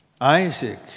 Isaac